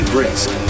Brisk